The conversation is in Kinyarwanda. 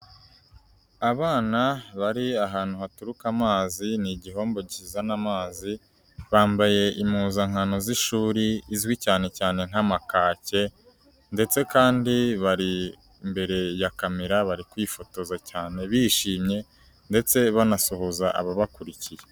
Abana bari ahantu haturuka amazi. Ni igihombo kizana amazi bambaye impuzankano z'ishuri izwi cyane cyane nk'amakake ndetse kandi bari imbere ya camera bari kwifotoza cyane bishimye ndetse banasuhuza ababakurikiye.